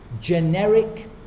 generic